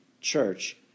church